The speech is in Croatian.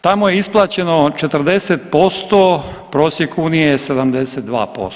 Tamo je isplaćeno 40%, prosjek Unije je 72%